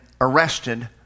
arrested